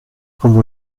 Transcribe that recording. come